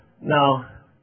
Now